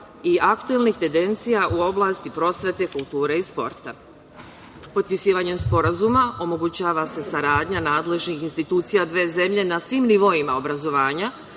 i aktuelnih tendencija u oblasti prosvete, kulture i sporta. Potpisivanjem sporazuma omogućava se saradnja nadležnih institucija dve zemlje na svim nivoima obrazovanja,